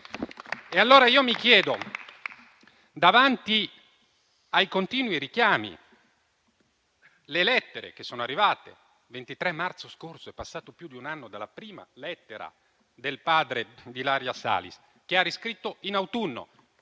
risposto il Governo davanti ai continui richiami e alle lettere che sono arrivate (il 23 marzo scorso è passato più di un anno dalla prima lettera del padre di Ilaria Salis, che ha riscritto in autunno).